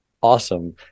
Awesome